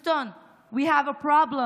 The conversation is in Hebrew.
Houston, we have a problem.